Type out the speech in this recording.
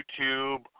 YouTube